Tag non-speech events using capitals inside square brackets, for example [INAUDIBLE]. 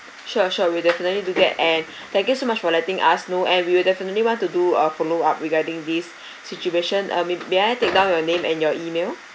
sure sure we'll definitely do that and [BREATH] thank you so much for letting us know and we will definitely want to do a follow up regarding this [BREATH] situation um may may I take down your name and your email